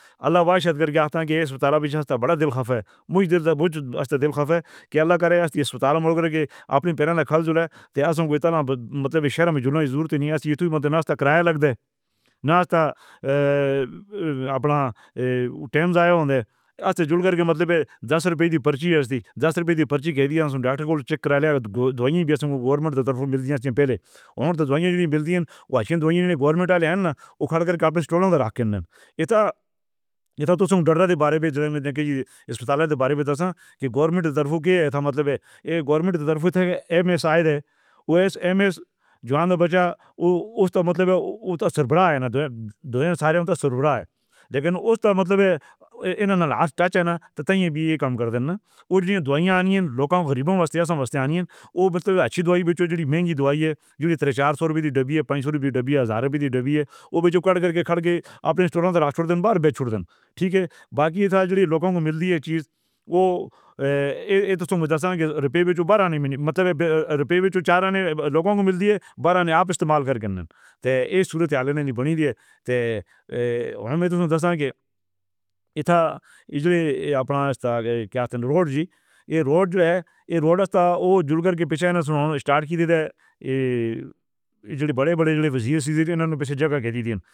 اللہ کرکٹ میں تو بڑا دل خفہ دل خفہ کی اللہ کرے ہسپتال اپنے پہلے مطلب شیروں وجود نہیں ہے۔ مطلب نہ تو کرایا لگتا ہے نہ تو اپنا ٹائم جایا ہوتا۔ ایسے مطلب دس روپے دی پرچی دس روپے دی پرچی ڈاکٹر چیک کرا لیا سے گورنمنٹ ملتی ہے پہلے اُن دونوں ہی گورنمنٹ کا راکھے۔ اِدھر جیسے ہسپتال کے بارے میں بتا کہ گورنمنٹ طرف سے ایک مطلب ہے گورنمنٹ سائیڈ سے۔ جان بچا۔ مطلب سرور آہے سارے سرور آہے لیکن اُس وقت ان لاسٹ تک طیب کم کر دینا۔ اُن دونوں دونوں ہی لوگوں کو مست مست آنی ہے۔ وہ اچھی دوارے جو مہنگی دوا ہے، جو چار سو دی ڈبہ پنج ڈبہ ہزار دی ڈبہ اُدھر کھڑے اپنے سٹور پر رکھ دینا، باہر بیچ دینا ٹھیک ہے۔ باقی جو لوگوں کو ملتی ہے، چیز وہ تو روپے بھرنے کی مطلب روپے۔ خیال دیگر لوگوں کو ملتی ہے۔ بارے میں آپ استعمال کر سکتے ہیں۔ یہ صورت تو آپ کی بولی ہے کہ ہمیں تو اتنا ہی۔ اِدھر اپنا روڈ جی یہ روڈ ہے، یہ روڈ ہوتا وہ جڑ کر کے پیچھے سٹارٹ کی ہے۔ یہ بڑے بڑے وزیر سیدھی جگہ دی۔